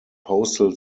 postal